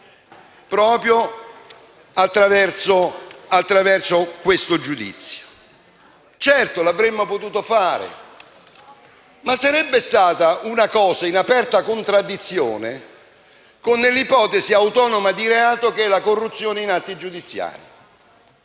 proprio attraverso questo giudizio. Certo, lo avremmo potuto fare, ma sarebbe stata una scelta in aperta contraddizione con l'ipotesi autonoma di reato che è la corruzione in atti giudiziari.